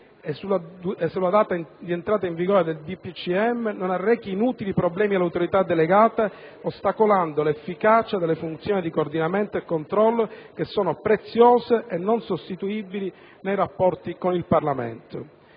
del Presidente del Consiglio dei ministri non arrechi inutili problemi All'Autorità delegata ostacolando l'efficacia delle funzioni di coordinamento e controllo, che sono preziose e non sostituibili nei rapporti col Parlamento.